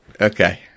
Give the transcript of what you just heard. okay